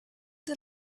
the